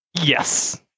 yes